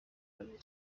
kabiri